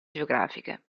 geografiche